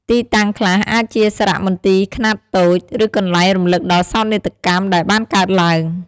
ទីតាំងខ្លះអាចជាសារមន្ទីរខ្នាតតូច ឬកន្លែងរំលឹកដល់សោកនាដកម្មដែលបានកើតឡើង។